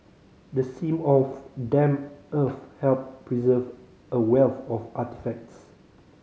the seam of damp earth helped preserve a wealth of artefacts